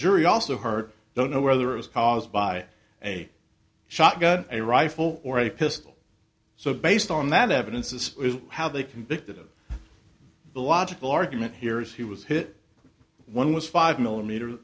jury also heard don't know whether it was caused by a shotgun a rifle or a pistol so based on that evidence is how they convicted of the logical argument here is he was hit one was five